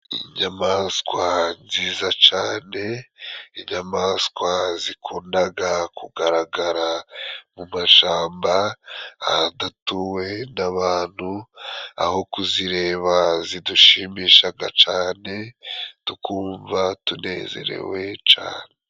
Inyamaswa nziza cane ,inyamaswa zikundaga kugaragara mu mashamba adatuwe n'abantu ,aho kuzireba zidushimishaga cane tukumva tunezerewe cane.